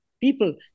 people